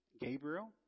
Gabriel